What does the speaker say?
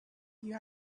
you